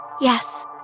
Yes